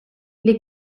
les